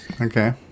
okay